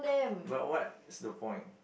but what's the point